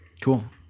Cool